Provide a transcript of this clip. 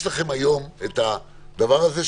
יש לכם היום את הדבר הזה,